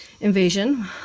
invasion